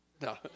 No